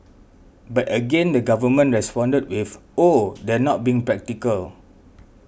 but again the Government responded with oh they're not being practical